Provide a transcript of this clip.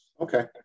Okay